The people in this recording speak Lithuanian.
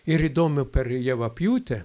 ir įdomu per javapjūtę